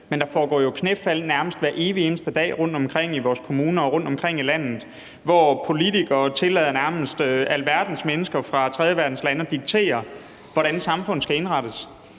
men der foregår jo knæfald nærmest hver evig eneste dag rundtomkring i vores kommuner og rundtomkring i landet, hvor politikere tillader nærmest alverdens mennesker fra tredjeverdenslande at diktere, hvordan samfundet skal indrettes.